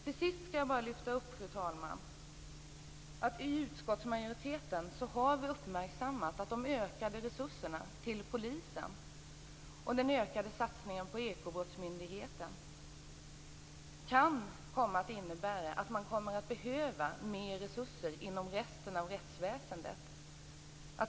Till sist vill jag bara säga att utskottsmajoriteten har uppmärksammat att de ökade resurserna till polisen och den ökade satsningen på Ekobrottsmyndigheten kan innebära att man kommer att behöva mer resurser inom resten av rättsväsendet.